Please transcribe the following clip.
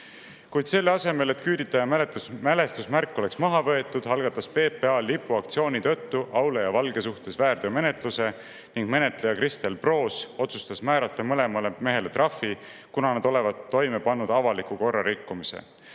Kuid selle asemel, et küüditaja mälestusmärk oleks maha võetud, algatas PPA lipuaktsiooni tõttu Aule ja Valge suhtes väärteomenetluse ning menetleja Kristel Proos otsustas määrata mõlemale mehele trahvi, kuna nad olevat toime pannud avaliku korra rikkumise.